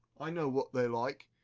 i know wot they like.